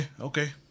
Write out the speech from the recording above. okay